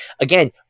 Again